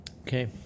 Okay